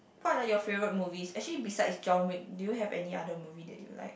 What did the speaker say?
what are your favorite movies actually besides John Wick do you have any other movie that you like